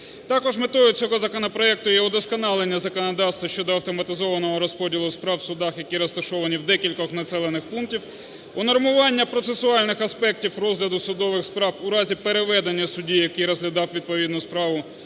Також метою цього законопроекту є удосконалення законодавства щодо автоматизованого розподілу з прав в судах, які розташовані в декількох населених пунктах, унормування процесуальних аспектів розгляду судових справ у разі переведення судді, який розглядав відповідну справу